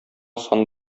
сан